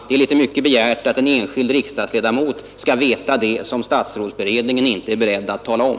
Det är litet mycket begärt att en enskild riksdagsledamot skall veta det som statsrådsberedningen inte är beredd att tala om.